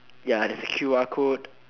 ya there's a q_r code